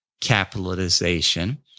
capitalization